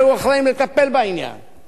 וזה לא משנה מי התעורר איפה,